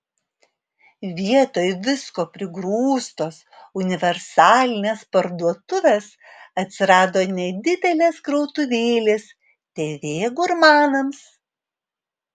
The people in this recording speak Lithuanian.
vietoj visko prigrūstos universalinės parduotuvės atsirado nedidelės krautuvėlės tv gurmanams